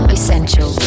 Essential